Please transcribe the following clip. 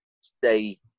stay